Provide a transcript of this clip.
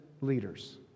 leaders